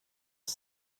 att